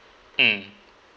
mm